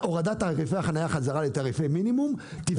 הלהט להורדת תעריפי החנייה לתעריפי מינימום תפגע.